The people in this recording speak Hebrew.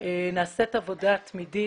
נעשית עבודה תמידית